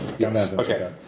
Okay